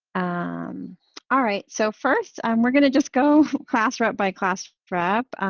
um all right, so first um we're gonna just go class rep by class rep.